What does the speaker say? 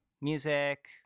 music